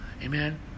Amen